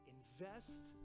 Invest